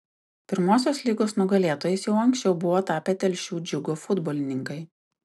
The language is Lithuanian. pirmosios lygos nugalėtojais jau anksčiau buvo tapę telšių džiugo futbolininkai